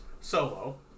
solo